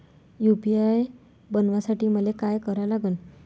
UPI बनवासाठी मले काय करा लागन?